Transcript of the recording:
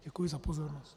Děkuji za pozornost.